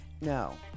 No